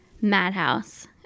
madhouse